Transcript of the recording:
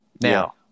Now